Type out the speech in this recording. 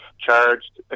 charged